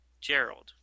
Gerald